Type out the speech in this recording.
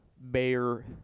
Bear